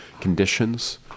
conditions